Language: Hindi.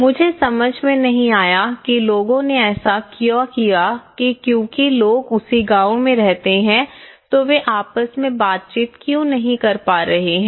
मुझे समझ में नहीं आया कि लोगों ने ऐसा क्यों किया क्योंकि लोग उसी गांव में रहते हैं तो वे आपस में बातचीत क्यों नहीं कर पा रहे हैं